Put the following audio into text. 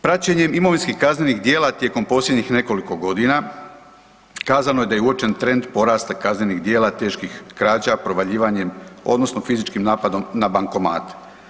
Praćenjem imovinskih kaznenih djela tijekom posljednjih nekoliko godina kazano je da je uočen trend porasta kaznenih djela teških krađa provaljivanjem odnosno fizičkim napadom na bankomate.